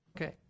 Okay